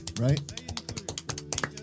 right